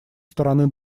стороны